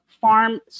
Farm